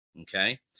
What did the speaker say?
okay